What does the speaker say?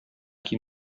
chi